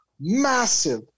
massive